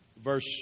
Verse